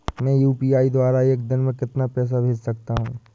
मैं यू.पी.आई द्वारा एक दिन में कितना पैसा भेज सकता हूँ?